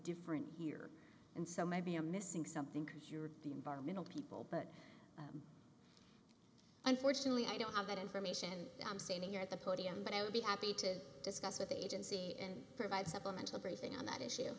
different here and so maybe i'm missing something cause you're the environmental people but unfortunately i don't have that information i'm standing at the podium but i would be happy to discuss with agency and provide supplemental briefing on that issue